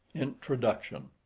introduction